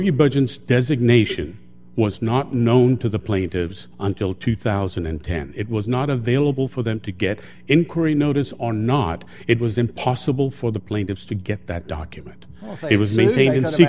your budget's designation was not known to the plaintiffs until two thousand and ten it was not available for them to get inquiry notice or not it was impossible for the plaintiffs to get that document it was